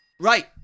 Right